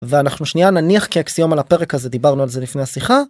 ואנחנו שנייה נניח כאקסיומה, על הפרק הזה, כי דיברנו על זה לפני השיחה.